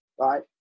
Right